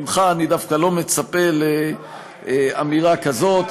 ממך אני דווקא לא מצפה לאמירה כזאת.